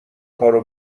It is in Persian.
کارو